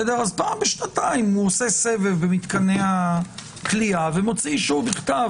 אז פעם בשנתיים הוא עושה סבב במתקני הכליאה ומוציא אישור בכתב.